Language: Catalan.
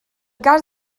cas